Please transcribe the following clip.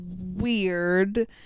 weird